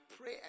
pray